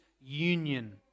union